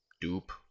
dupe